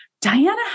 Diana